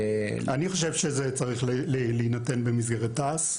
אני חושב שזה צריך להינתן במסגרת תע"ס,